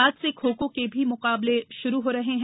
आज से खो खो के भी मुकाबले शुरू हो रहे हैं